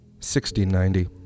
1690